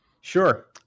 Sure